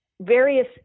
various